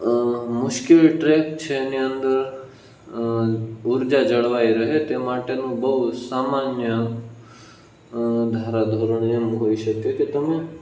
મુશ્કિલ ટ્રેક છે એની અંદર ઉર્જા જળવાઈ રહે તે માટેનું બહુ સામાન્ય ધારા ધોરણ એમ હોઈ શકે કે તમે